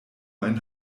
ein